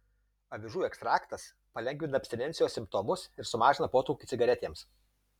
avižų ekstraktas palengvina abstinencijos simptomus ir sumažina potraukį cigaretėms